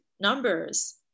numbers